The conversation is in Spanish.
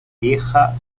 vieja